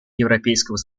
европейского